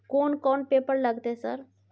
कोन कौन पेपर लगतै सर?